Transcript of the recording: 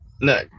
No